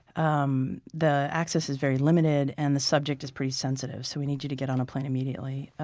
um the access is very limited and the subject is pretty sensitive. so, we need you to get on a plane immediately.